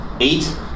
Eight